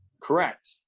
Correct